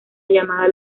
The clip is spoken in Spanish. llamada